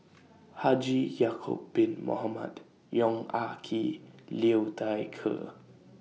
Haji Ya'Acob Bin Mohamed Yong Ah Kee Liu Thai Ker